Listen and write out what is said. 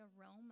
aroma